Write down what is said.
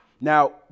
Now